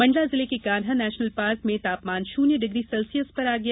मंडला जिले के Kanha national park में तापमान शून्य डिग्री सेल्सियस पर आ गया